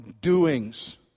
doings